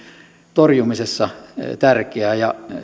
torjumisessa tärkeää